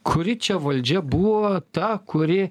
kuri čia valdžia buvo ta kuri